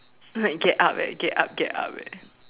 like get up eh get up get up eh